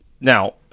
now